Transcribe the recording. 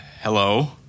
Hello